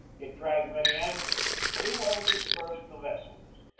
it dragged many anchors and pretty well dispersed the vessels,